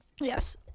yes